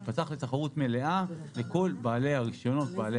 ייפתח לתחרות מלאה לכל בעלי הרישיונות בעלי